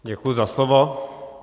Děkuji za slovo.